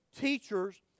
teachers